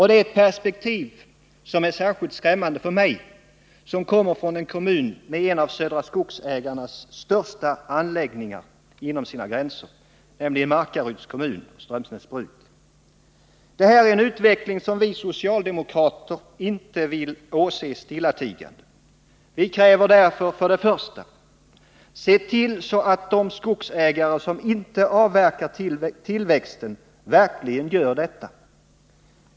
Det är ett perspektiv som är sär: ilt skrämmande för mig, som kommer från en kommun med en av Södra Skogsägarnas största anläggningar inom sina gränser, nämligen Markaryds kommun med Strömsnäsbruk. Detta är en utveckling som vi socialdemokrater inte vill åse stillatigande. Vi kräver därför: För det första: Se till att de skogsägare som inte avverkar tillväxten verkligen kommer att göra detta!